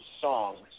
songs